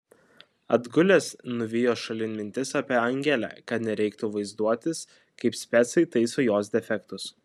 atgulęs nuvijo šalin mintis apie angelę kad nereiktų vaizduotis kaip specai taiso jos defektus